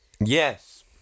Yes